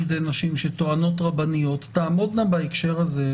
נשמע תכף את נציגת משרד המשפטים חובת הדיווח היא בסכמת השר?